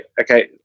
okay